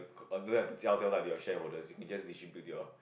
or don't have to tell them lah they are shareholders they just distribute of